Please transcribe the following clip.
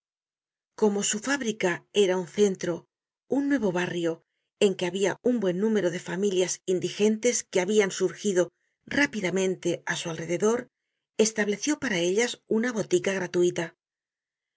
como su fábrica era un centro un nuevo barrio en que habia un buen número de familias indigentes que habian surgido rápidamente á su alrededor estableció para ellas una botica gratuita